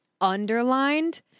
underlined